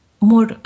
more